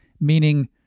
Meaning